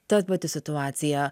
ta pati situacija